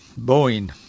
Boeing